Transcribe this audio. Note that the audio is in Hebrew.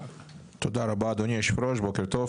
תודה רבה אדוני היושב-ראש בוקר טוב,